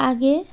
আগে